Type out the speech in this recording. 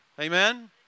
Amen